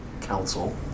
Council